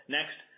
Next